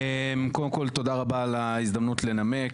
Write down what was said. קודם כל, על ההזדמנות לנמק,